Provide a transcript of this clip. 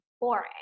boring